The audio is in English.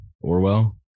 Orwell